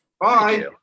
Bye